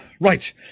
Right